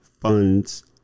funds